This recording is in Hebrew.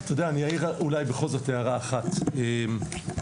אני אעיר הערה אחת, בכל זאת.